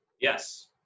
Yes